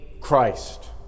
Christ